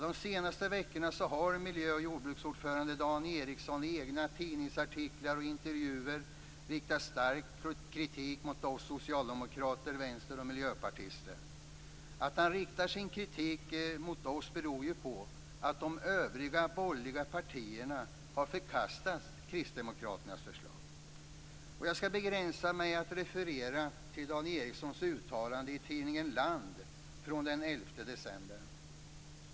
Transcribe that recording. De senaste veckorna har miljö och jordbruksutskottets ordförande Dan Ericsson i egna tidningsartiklar och intervjuer riktat stark kritik mot oss socialdemokrater, vänsterpartister och miljöpartister. Att han riktar sin kritik mot oss beror på att de övriga borgerliga partierna har förkastat kristdemokraternas förslag. Jag skall begränsa mig till att referera till Dan december.